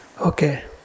Okay